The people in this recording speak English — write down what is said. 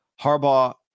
Harbaugh